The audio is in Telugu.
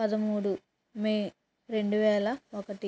పదముడు మే రెండు వేల ఒకటి